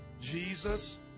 Jesus